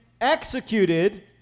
executed